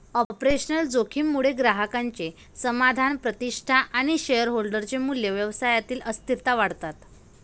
operational जोखीम मुळे ग्राहकांचे समाधान, प्रतिष्ठा आणि शेअरहोल्डर चे मूल्य, व्यवसायातील अस्थिरता वाढतात